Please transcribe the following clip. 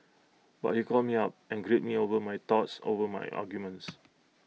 but he called me up and grilled me over my thoughts over my arguments